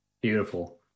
Beautiful